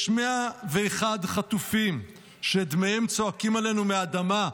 יש 101 חטופים שדמיהם צועקים אלינו מהאדמה,